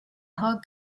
whole